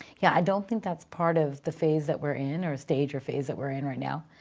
yeah, i don't think that's part of the phase that we're in, or stage or phase that we're in right now,